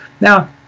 Now